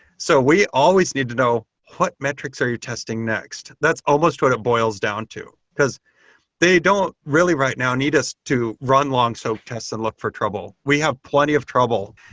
so we always need to know what metrics are you testing next? that's almost what it boils down to, because they don't really right now need us to run long soap tests and look for trouble. we have plenty of trouble.